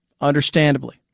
understandably